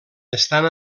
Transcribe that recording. estan